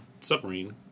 submarine